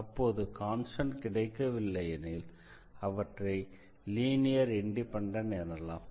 அப்போது கான்ஸ்டண்ட் கிடைக்கவில்லையெனில் அவற்றை லீனியர் இண்டிபெண்டன்ட் எனலாம்